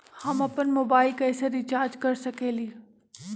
हम अपन मोबाइल कैसे रिचार्ज कर सकेली?